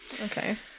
Okay